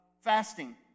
fasting